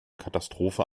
katastrophe